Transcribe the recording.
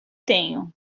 tenho